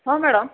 ହଁ ମ୍ୟାଡ଼ାମ୍